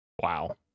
Wow